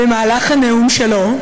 בנאום שלו,